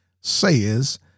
says